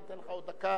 אני נותן לך עוד דקה.